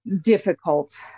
difficult